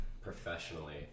professionally